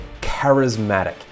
charismatic